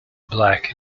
black